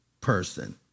person